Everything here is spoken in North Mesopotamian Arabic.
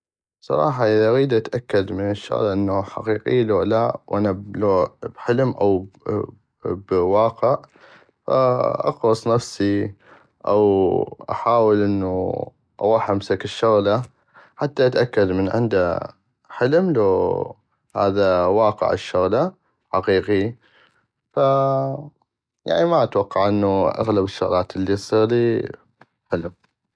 بصراحة اذا اغيد اتاكد من الشغلة انوً حقيقي لو لا وانا لو بحلم لو بواقع فاقغص نفسي او احاول انو اغوح امسك الشغلة حتى اتاكد من عندا حلم لو هذا واقع الشغلة حقيقي فاا يعني ما اتوقع انو اغلب الشغلات الي تصيغلي حلم.